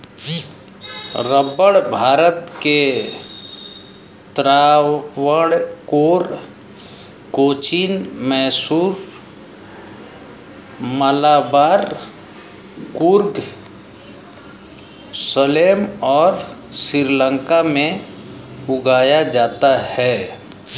रबड़ भारत के त्रावणकोर, कोचीन, मैसूर, मलाबार, कुर्ग, सलेम और श्रीलंका में उगाया जाता है